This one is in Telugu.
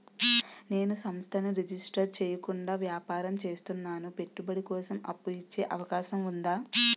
నేను సంస్థను రిజిస్టర్ చేయకుండా వ్యాపారం చేస్తున్నాను పెట్టుబడి కోసం అప్పు ఇచ్చే అవకాశం ఉందా?